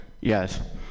Yes